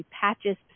patches